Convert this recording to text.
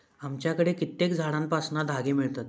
आमच्याकडे कित्येक झाडांपासना धागे मिळतत